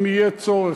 אם יהיה צורך,